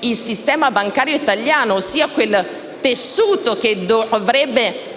il sistema bancario italiano, ossia quel tessuto che dovrebbe